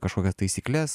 kažkokias taisykles